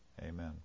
amen